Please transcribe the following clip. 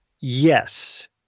Yes